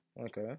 Okay